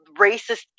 racist